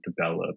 develop